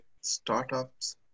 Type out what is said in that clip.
startups